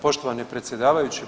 Poštovani predsjedavajući…